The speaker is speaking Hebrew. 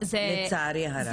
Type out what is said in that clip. לצערי הרב.